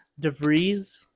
DeVries